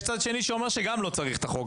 צד שני שאומר שגם לא צריך את החוק,